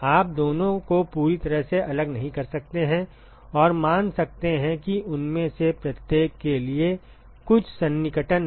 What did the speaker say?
आप दोनों को पूरी तरह से अलग नहीं कर सकते हैं और मान सकते हैं कि उनमें से प्रत्येक के लिए कुछ सन्निकटन हैं